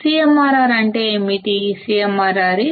CMRR అంటే ఏమిటి